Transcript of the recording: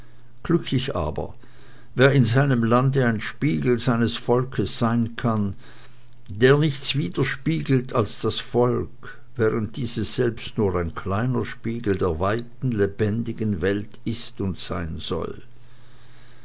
glücklich aber wer in seinem lande ein spiegel seines volkes sein kann der nichts widerspiegelt als das volk während dieses selbst nur ein kleiner spiegel der weiten lebendigen welt ist und sein soll